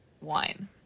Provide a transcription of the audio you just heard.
wine